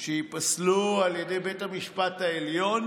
שייפסלו על ידי בית המשפט העליון,